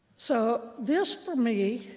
so this, for me,